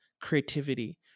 creativity